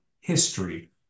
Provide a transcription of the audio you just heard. history